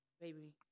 baby